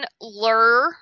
lure